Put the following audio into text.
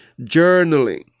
journaling